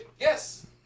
Yes